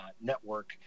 network